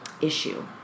issue